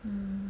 mm